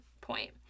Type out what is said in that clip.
point